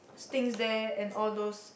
things there and all those